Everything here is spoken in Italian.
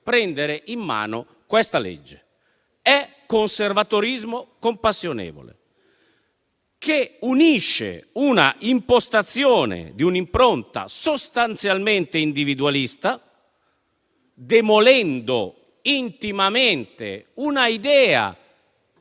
prendere in mano questa legge: è conservatorismo compassionevole, che unisce un'impostazione di impronta sostanzialmente individualista, demolendo intimamente un'idea